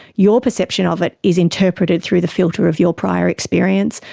your perception of it is interpreted through the filter of your prior experience,